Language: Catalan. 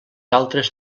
altres